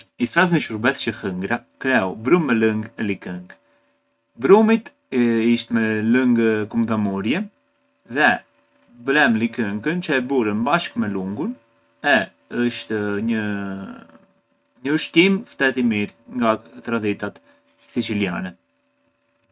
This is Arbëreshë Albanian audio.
I sprasmi shurbes çë hëngra kleu brumë me lëng e likënkë. Brumit ish me lëng kumdhamurje dhe blemë likënkën çë e burëm bashkë me lungun e është një një ushqimë ftetë i mirë nga tradhitatë siçiljane.